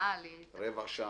15 דקות,